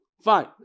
Fine